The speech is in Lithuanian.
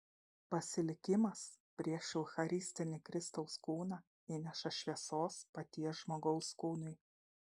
pasilikimas prieš eucharistinį kristaus kūną įneša šviesos paties žmogaus kūnui